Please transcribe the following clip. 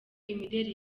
imideli